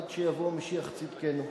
עד שיבוא משיח צדקנו.